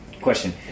question